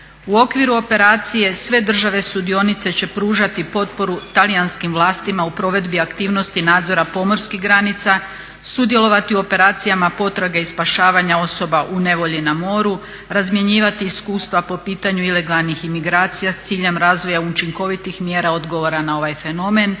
U okviru operacije sve države sudionice će pružati potporu talijanskim vlastima u provedbi aktivnosti nadzora pomorskih granica, sudjelovati u operacijama potrage i spašavanja osoba u nevolji na moru, razmjenjivati iskustva po pitanju ilegalnih imigracija sa ciljem razvoja učinkovitih mjera odgovora na ovaj fenomen,